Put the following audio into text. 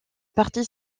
partie